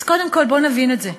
אז קודם כול בואו נבין את זה,